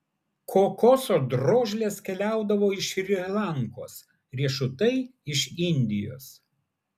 kokoso drožlės keliaudavo iš šri lankos riešutai iš indijos